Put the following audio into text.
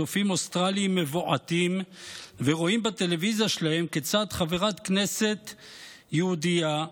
צופים אוסטרלים מבועתים ורואים בטלוויזיה שלהם כיצד חברת כנסת יהודייה,